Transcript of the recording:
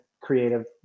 creative